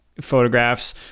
photographs